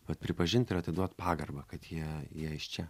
vat pripažint ir atiduot pagarbą kad jie jie iš čia